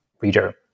reader